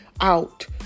out